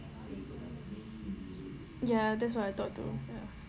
ya that's what I thought too ya